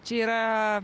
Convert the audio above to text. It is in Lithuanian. čia yra